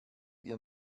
ihr